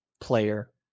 player